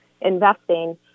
investing